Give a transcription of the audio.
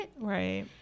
Right